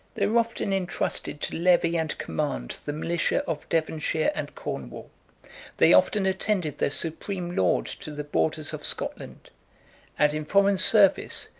they were often intrusted to levy and command the militia of devonshire and cornwall they often attended their supreme lord to the borders of scotland and in foreign service,